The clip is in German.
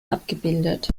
abgebildet